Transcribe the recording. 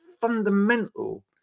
fundamental